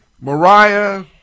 Mariah